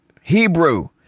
Hebrew